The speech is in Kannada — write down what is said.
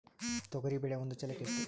ತೊಗರಿ ಬೇಳೆ ಒಂದು ಚೀಲಕ ಎಷ್ಟು?